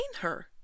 her